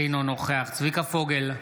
אינו נוכח צביקה פוגל,